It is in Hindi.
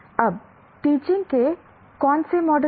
अब टीचिंग के कौन से मॉडल हैं